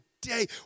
day